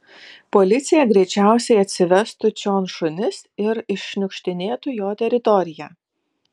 policija greičiausiai atsivestų čion šunis ir iššniukštinėtų jo teritoriją